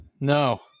no